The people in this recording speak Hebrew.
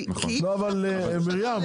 כי אי אפשר -- מרים,